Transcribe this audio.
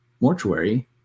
mortuary